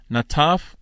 Nataf